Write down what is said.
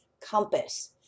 compass